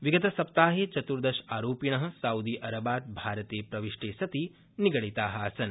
विगतसप्ताहे चतुर्दश रोपण सऊदी अरबात् भारते प्रविष्टे सति निगडिता सन्